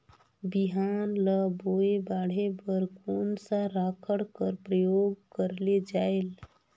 बिहान ल बोये बाढे बर कोन सा राखड कर प्रयोग करले जायेल?